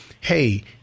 hey